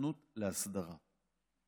היתכנות להסדרה.